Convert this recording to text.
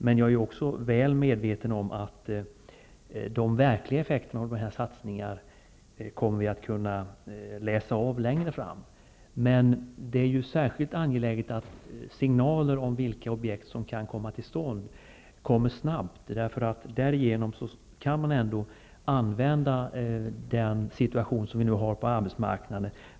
Men jag är också väl medveten om att vi kommer att kunna läsa av de verkliga effekterna av dessa satsningar längre fram. Det är särskilt angeläget att signaler om vilka objekt som kan komma till stånd kommer snabbt. Därigenom kan man förbättra den situation som vi har på arbetsmarknaden.